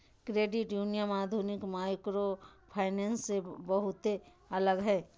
credit union आधुनिक microfinance से बहुते अलग हय